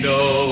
no